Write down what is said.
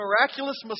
miraculous